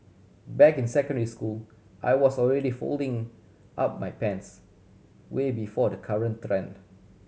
back in secondary school I was already folding up my pants way before the current trend